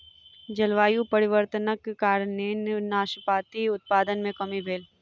जलवायु परिवर्तनक कारणेँ नाशपाती उत्पादन मे कमी भेल